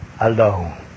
alone